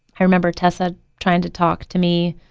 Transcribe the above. i remember tessa trying to talk to me.